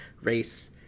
race